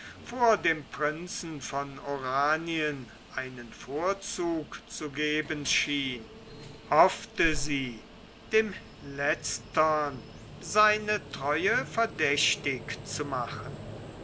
vor dem prinzen von oranien einen vorzug zu geben schien hoffte sie dem letztern seine treue verdächtig zu machen